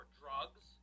drugs